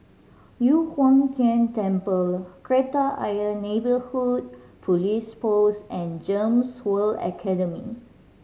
Yu Huang Tian Temple Kreta Ayer Neighbourhood Police Post and GEMS World Academy